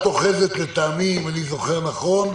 את אוחזת, לטעמי, אם אני זוכר נכון,